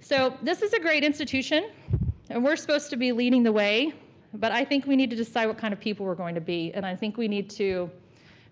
so this is a great institution and we're supposed to be leading the way but i think we need to decide what kind of people we're going to be and i think we need to